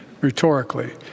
rhetorically